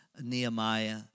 Nehemiah